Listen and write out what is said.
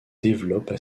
développent